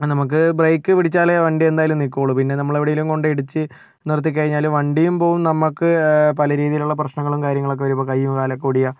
നമുക്ക് ബ്രേക്ക് പിടിച്ചാൽ വണ്ടി എന്തായാലും നിൽക്കുകയുള്ളൂ പിന്നെ നമ്മൾ എവിടെയെങ്കിലും കൊണ്ട് ഇടിച്ച് നിർത്തിക്കഴിഞ്ഞാൽ വണ്ടിയും പോകും നമുക്ക് പല രീതിയിലുള്ള പ്രശ്നങ്ങളും കാര്യങ്ങളുമൊക്കെ വരും ഇപ്പോൾ കയ്യും കാലൊക്കെ ഓടിയുക